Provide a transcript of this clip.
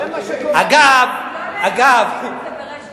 אגב, אגב, בריש גלי.